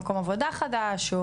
למצוא מקום עבודה חדש.